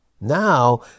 Now